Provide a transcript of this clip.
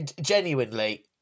genuinely